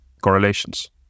correlations